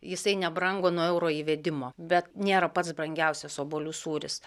jisai nebrango nuo euro įvedimo bet nėra pats brangiausias obuolių sūris